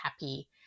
happy